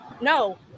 No